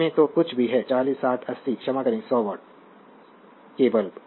इसमें जो कुछ भी है 40 60 80 क्षमा करें 100 वॉट के बल्ब